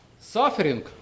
Suffering